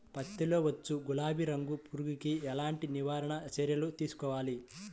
పత్తిలో వచ్చు గులాబీ రంగు పురుగుకి ఎలాంటి నివారణ చర్యలు తీసుకోవాలి?